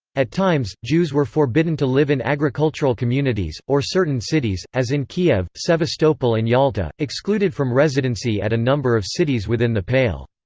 at times, jews were forbidden to live in agricultural communities, or certain cities, as in kiev, sevastopol and yalta, excluded from residency at a number of cities within the pale.